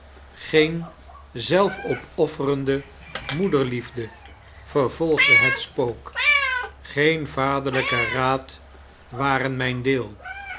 geen zelfopoffeirende moederliefde vervolgde het spook geen vaderlijke raad warm mijn deel